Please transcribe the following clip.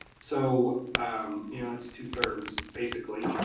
so um you know that's two thirds basically.